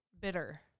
bitter